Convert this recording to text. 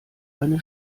eine